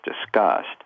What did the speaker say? discussed